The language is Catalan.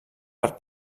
per